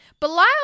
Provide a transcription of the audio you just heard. Belial